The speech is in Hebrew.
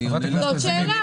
זאת שאלה.